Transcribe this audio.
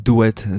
Duet